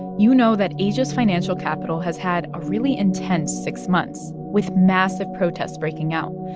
you know that asia's financial capital has had a really intense six months with massive protests breaking out.